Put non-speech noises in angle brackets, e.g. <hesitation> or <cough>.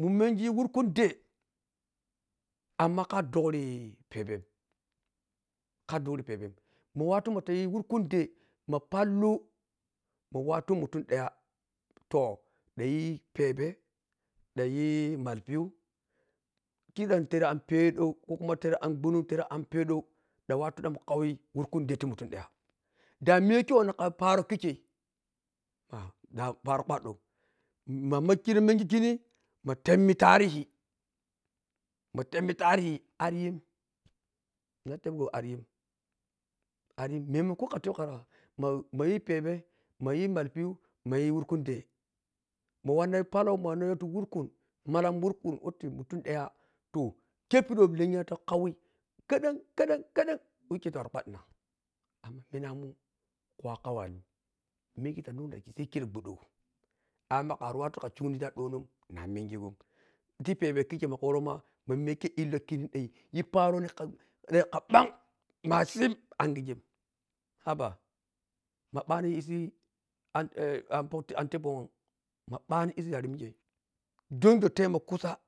Mun mengi wurkun day amma ka ɗhurri pebem ka ɗhurri pebem mu wartu matayi wurkunday ma pallu ma watu mutum daya toh ɗeinyi pebe vanyi malpi’u kiɗan tere an pedou ko kuma tere an ghunum tere an pedou dan watu ɗa mun kawi wurkun day ti mutundaya damiyakei wanna ka paro kikkkei da paro kwaɗɗo ma temmi tarihi ariyi na tapgo ariyim, ariyim maimakon ka tepgo kara ma mayu pebei mayi maipi’u mayi wurkumm day ma wanna palou ma wannyi ti wurkun malam wurkun whhoti mutum daya toh kei pidi who lenya takawi kheɗen, kheɗen. kheɗen wike ta wara kwaɗɗina amma minamun khu akwanin mengi ta munsu pikkeren guɗɗo amma kari watuka turun tiya ɗo non namengegon ti pebe kikkei maya woro ma ma miya kei illo kini ɗanyi parani ka ɓang masin angigen haba mabani isi an <hesitation> an teppo ma ɓani isi yare mikkei jenjo temo kusa